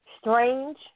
strange